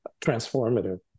transformative